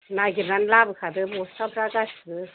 नागिरनानै लाबोकादो बसथाफ्रा गासिबो